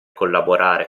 collaborare